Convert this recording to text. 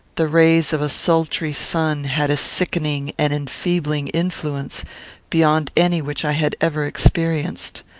the rays of a sultry sun had a sickening and enfeebling influence beyond any which i had ever experienced.